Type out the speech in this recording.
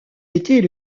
était